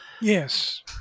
Yes